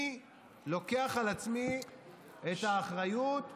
אני לוקח על עצמי את האחריות לשמור,